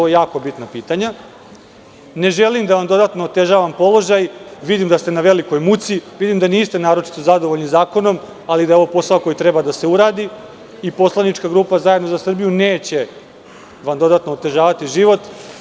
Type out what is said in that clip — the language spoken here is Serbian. Ne želim da vam dodatno otežavam položaj, vidim da ste na velikoj muci, vidim da niste naročito zadovoljni zakonom, ali da je ovo posao koji treba da se uradi i poslanička grupa Zajedno za Srbiju neće vam dodatno otežavati život.